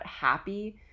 happy